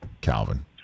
Calvin